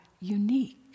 unique